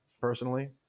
personally